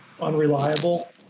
unreliable